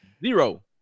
Zero